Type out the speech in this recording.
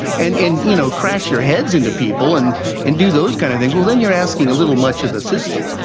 and and you know crash your heads into people and and do those kind of things, well, then you're asking a little much of the system.